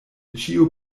ĉiu